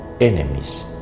enemies